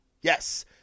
Yes